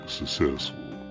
successful